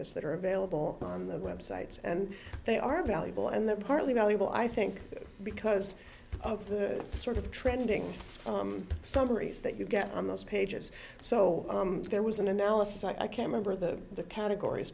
this that are available on the websites and they are valuable and they're partly valuable i think because of the sort of trending summaries that you get on those pages so there was an analysis i can member of the categories